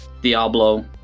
Diablo